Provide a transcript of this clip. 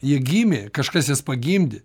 jie gimė kažkas jas pagimdė